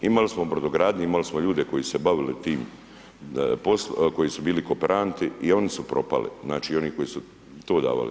Imali smo brodogradnju, imali smo ljude koji su se bavili tim, koji su bili kooperanti, i oni su propali, znači, i oni koji su to davali.